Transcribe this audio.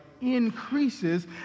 increases